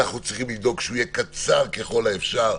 אנחנו צריכים לדאוג שהוא יהיה קצר ככל האפשר,